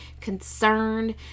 concerned